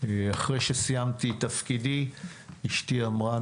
אחרי שסיימתי את תפקידי אשתי אמרה,